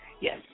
Yes